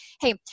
hey